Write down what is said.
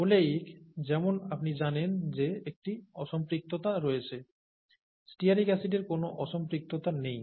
oleic যেমন আপনি জানেন যে একটি অসম্পৃক্ততা রয়েছে স্টিয়ারিক অ্যাসিডের কোনও অসম্পৃক্ততা নেই